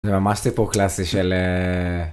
זה ממש סיפור קלאסי של אה...